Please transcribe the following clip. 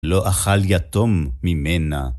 לא אכל יתום ממנה.